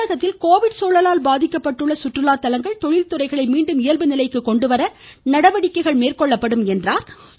தமிழகத்தில் கோவிட் சூழலால் பாதிக்கப்பட்டுள்ள சுற்றுலா தலங்கள் தொழில் துறைகளை மீண்டும் இயல்பு நிலைக்கு கொண்டுவர நடவடிக்கைகள் மேற்கொள்ளப்படும் என்றும் அவர் கூறினார்